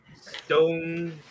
stone